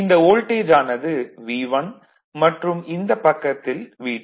இந்த வோல்டேஜ் ஆனது V1 மற்றும் இந்தப் பக்கத்தில் V2